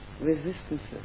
resistances